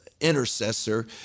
intercessor